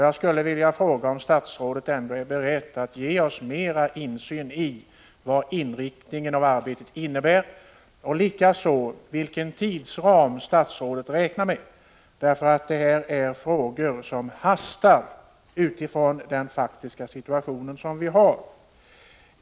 Jag skulle således vilja fråga om statsrådet ändå inte är beredd att ge oss större insyn i fråga om inriktningen av detta arbete liksom också information om vilken tidsram statsrådet räknar med. Dessa frågor hastar nämligen, med utgångspunkt i den faktiska situationen.